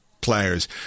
players